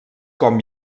com